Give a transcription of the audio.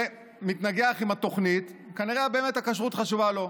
ומתנגח על התוכנית, כנראה באמת הכשרות חשובה לו,